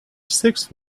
sixth